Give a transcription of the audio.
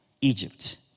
egypt